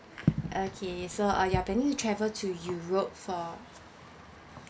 okay so uh you're planning to travel to europe for